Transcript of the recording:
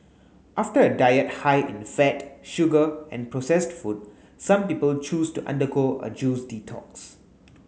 after a diet high in fat sugar and processed food some people choose to undergo a juice detox